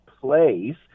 place